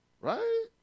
Right